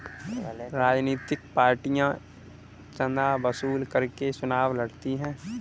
राजनीतिक पार्टियां चंदा वसूल करके चुनाव लड़ती हैं